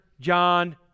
John